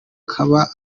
kaba